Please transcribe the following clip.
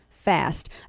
fast